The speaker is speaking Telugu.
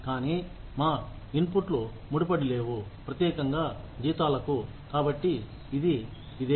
కానీ మా ఇన్పుట్లు ముడిపడి లేవు ప్రత్యేకంగా జీతాలకు కాబట్టి ఇది ఇదే